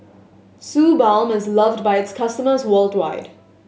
Suu Balm is loved by its customers worldwide